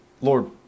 Lord